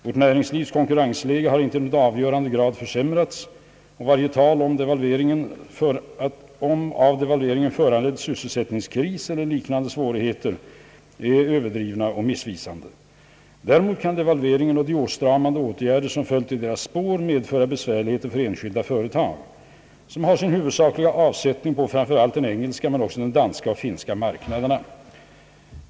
Vårt näringslivs konkurrensläge har inte i någon avgörande grad försämrats. Varje tal om av devalveringen föranledd sysselsättningskris eller liknan de svårigheter är således överdrivet och missvisande. Däremot kan devalveringarna och de åtstramande åtgärder som följt i deras spår medföra besvärligheter för enskilda företag, som har sin huvudsakliga avsättning på framför allt den engelska men också på de danska och finska marknaderna.